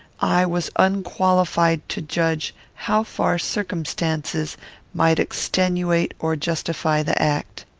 i was unqualified to judge how far circumstances might extenuate or justify the act.